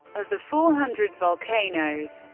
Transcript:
of the four hundred volcanoes,